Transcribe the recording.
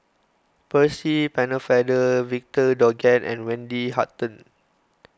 Percy Pennefather Victor Doggett and Wendy Hutton